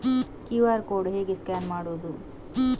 QR code ಹೇಗೆ scan ಮಾಡುವುದು?